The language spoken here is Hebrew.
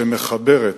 שמחברת.